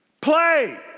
play